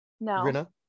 No